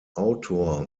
autor